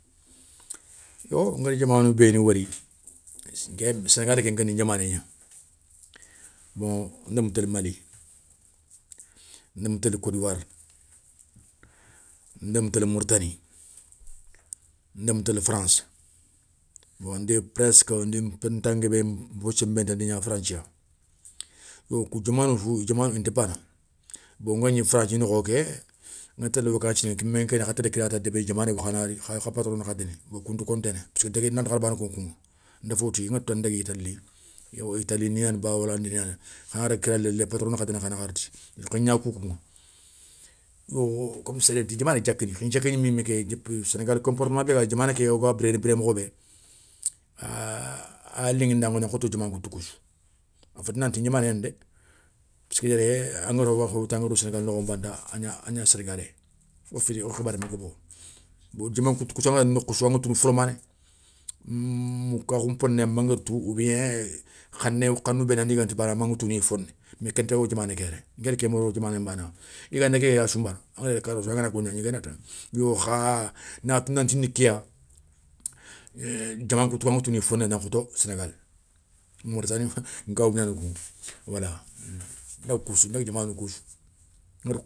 Yo ngada diamanou béni wori, sénégl kenkeni ndiamané gna, bon ndémou télé mali, ndémou télé cote d'ivoire, ndémou télé mauritanie, ndémou télé france, ndi presque ndi nta nguébé ŋa a fo senbenté di gna france ya. Yo kou diamanou sou, diamanou inta bana bon nguégni franssi nokho ké ŋa télé wacanci mé kéŋa kha télé kira ta débé diamané yogo khana ri khayi kha patron na kha déni yo kounta konténé yo déguéyé lanta hari bané koŋo kouŋa ndafo wouti.ŋatou tane ndagui tane li; eywa italini yana ba, holande ni yana, angana daga kira lélé, patrona na kha déni a na kha riti, gna koukou. Yo comme serenti diamané diakini khin nké ké gnimé ké senegal comportement bé gayi diamané ké woga biréné biré mokho bé, a ya liŋinda nan khoto diaman koutou koussou, a féti nanti ndiamané gnani dé, parcek yéré anga ro woga fobé tou anga ro sénégal nokho nbané ta, a gna agna sénégalais, o fini okhibaré ma gabo, bon diaman nkoutou kou angana daga nokhou sou aŋa tounou fo lamané, moukakhou nponé mangada tou, oubien khanou bénou andi ganta bana manga touniya foné mais kento diamané ké yéré nké da ken wori wo diamané nbana. Yigandé kéké a sou nbana angana daga kara sou angana golgna a gniguéna ta yo kha na tou nanti ni ké ya, diamnan koutou kou aŋa touni foné nan khoto sénégal. Mauritani nkaw ni yani kouŋa wala ndaga koussou ndaga diamanou koussou.